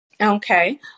Okay